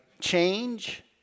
change